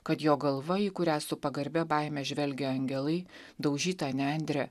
kad jo galva į kurią su pagarbia baime žvelgia angelai daužyta nendre